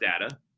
data